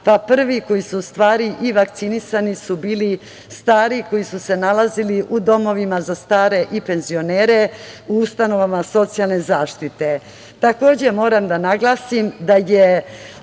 pa prvi koji su u stvari i vakcinisani su bili stari koji su se nalazili u domovima za stare i penzionere, u ustanovama socijalne zaštite.